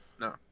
No